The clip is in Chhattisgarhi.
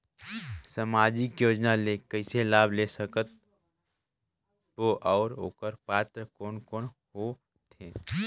समाजिक योजना ले कइसे लाभ ले सकत बो और ओकर पात्र कोन कोन हो थे?